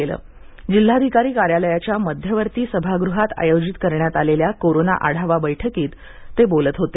काल जिल्हाधिकारी कार्यालयाच्या मध्यवर्ती सभागृहात आयोजित करण्यात आलेल्या कोरोना आढावा बैठकीत पालकमंत्री भ्जबळ बोलत होते